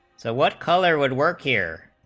so one caller would work here